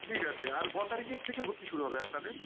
ঠিক আছে আর ক তারিখের থেকে ভর্তি শুরু হবে আপনাদের